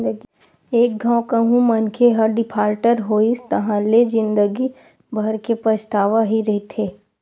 एक घांव कहूँ मनखे ह डिफाल्टर होइस ताहाँले ले जिंदगी भर के पछतावा ही रहिथे